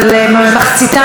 גברתי היושבת-ראש,